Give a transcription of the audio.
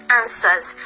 answers